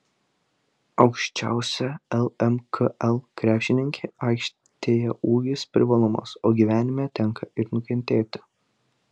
aukščiausia lmkl krepšininkė aikštėje ūgis privalumas o gyvenime tenka ir nukentėti